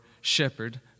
shepherd